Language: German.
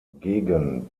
gegen